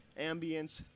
ambience